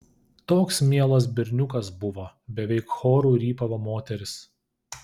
toks mielas berniukas buvo beveik choru rypavo moterys